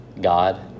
God